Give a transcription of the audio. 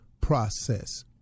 process